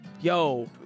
Yo